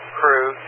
crew